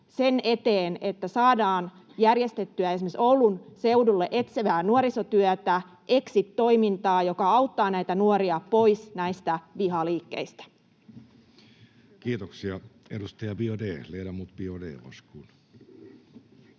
sen eteen, että saadaan järjestettyä esimerkiksi Oulun seudulle etsivää nuorisotyötä, exit-toimintaa, joka auttaa näitä nuoria pois näistä vihaliikkeistä? Kiitoksia. — Edustaja Biaudet, ledamot Biaudet,